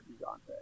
Dante